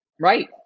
Right